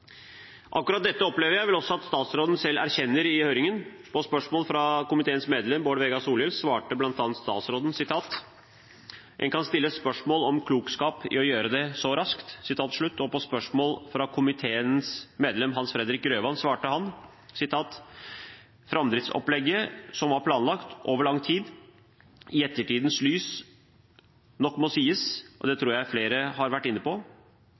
Akkurat dette opplever jeg vel også at statsråden selv erkjente i høringen. På spørsmål fra komiteens medlem Bård Vegar Solhjell svarte bl.a. statsråden at en kan «stille spørsmål ved klokskapen i å gjøre det så raskt». Og på spørsmål fra komiteens medlem Hans Fredrik Grøvan svarte han at «framdriftsløpet som var planlagt over lang tid, i ettertidens lys nok må sies – og det tror jeg flere her har vært inne på